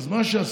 אז מה שעשו,